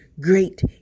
Great